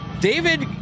David